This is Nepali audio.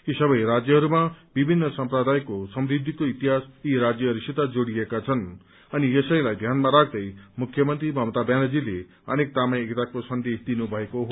यी सबै राज्यहरूमा विभिन्न सम्प्रदायको समृद्धिको इतिहास यी राज्यहरूसित जोड़िएका छन् अनि यसैलाई ध्यानमा राख्दै मुख्यमन्त्री ममता ब्यानर्जीले अनेकतामा एकताको सन्देश दिनुभएको हो